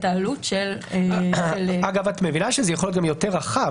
העלות- -- זה יכול להיות גם יותר רחב.